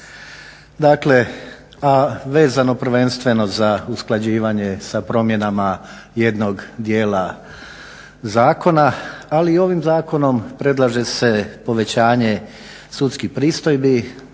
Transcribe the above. Dakle, a vezano prvenstveno za usklađivanje sa promjenama jednog djela zakona ali i ovim zakonom predlaže se povećanje sudskih pristojbi